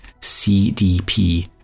CDP